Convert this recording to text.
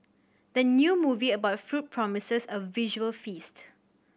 the new movie about food promises a visual feast